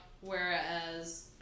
Whereas